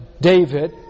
David